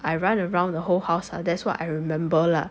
I run around the whole house ah that's what I remember lah